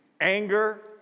anger